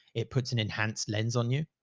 it puts an enhanced lens on you.